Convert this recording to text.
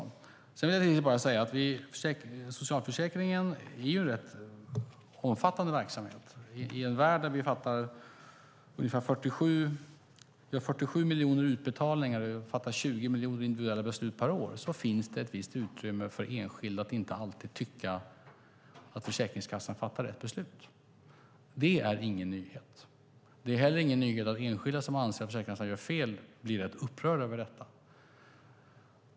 Sedan vill jag bara säga att socialförsäkringen är en ganska omfattande verksamhet. I en värld där vi har 47 miljoner utbetalningar och fattar 20 miljoner individuella beslut per år finns det ett visst utrymme för enskilda att inte alltid tycka att Försäkringskassan fattar rätt beslut. Det är ingen nyhet. Det är heller ingen nyhet att enskilda som anser att Försäkringskassan gör fel blir upprörda över detta.